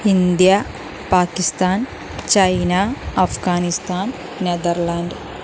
India Pakistan China Afghanistan Netherland